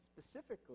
specifically